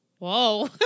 Whoa